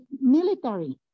military